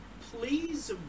Please